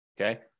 okay